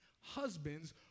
husbands